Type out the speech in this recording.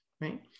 right